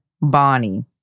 Bonnie